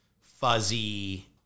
fuzzy